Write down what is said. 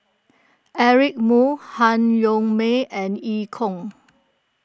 Eric Moo Han Yong May and Eu Kong